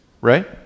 right